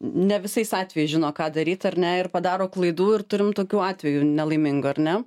ne visais atvejais žino ką daryt ar ne ir padaro klaidų ir turim tokių atvejų nelaimingų ar ne